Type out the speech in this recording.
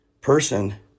person